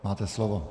Máte slovo.